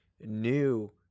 new